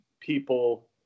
people